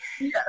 Yes